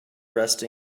rest